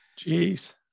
Jeez